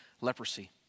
leprosy